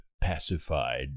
pacified